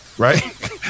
Right